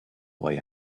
boy